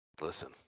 Listen